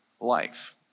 life